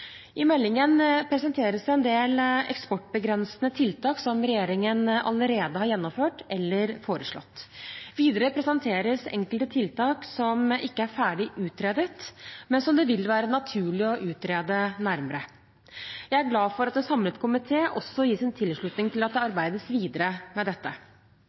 I meldingen presenteres en del eksportbegrensende tiltak som regjeringen allerede har gjennomført eller foreslått. Videre presenteres enkelte tiltak som ikke er ferdig utredet, men som det vil være naturlig å utrede nærmere. Jeg er glad for at en samlet komité også gir sin tilslutning til at det arbeides videre med dette.